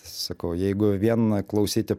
sakau jeigu vien klausyti